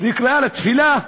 זו קריאה לתפילה.